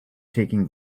taking